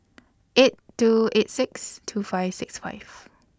eight two eight six two five six five